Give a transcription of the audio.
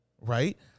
right